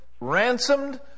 ransomed